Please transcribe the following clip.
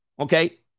Okay